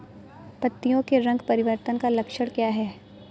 पत्तियों के रंग परिवर्तन का लक्षण क्या है?